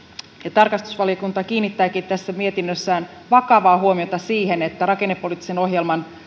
tarkastusvaliokunta kiinnittääkin tässä mietinnössään vakavaa huomiota siihen että rakennepoliittiseen ohjelmaan